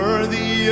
Worthy